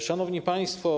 Szanowni Państwo!